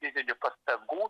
didelių pastangų